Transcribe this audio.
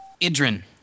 Idrin